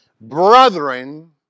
brethren